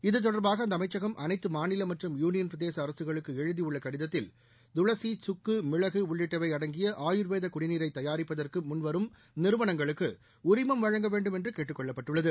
இது தொடர்பாக அந்த அமைச்சகம் அனைத்து மாநில மற்றும் யூனியன்பிரதேச அரசுகளுக்கு எழுதியுள்ள கடிதத்தில் துளசி குக்கு மிளகு உள்ளிட்டவை அடங்கிய ஆயுா்வேத குடிநீரை தயாரிப்பதற்கு முன்வரும் நிறுவனங்களுக்கு உரிமம் வழங்க வேண்டும் என்று கேட்டுக் கொள்ளப்பட்டுள்ளது